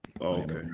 okay